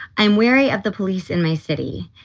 i'm wary of the police in my city.